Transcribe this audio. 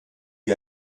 sie